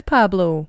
Pablo